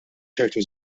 ċertu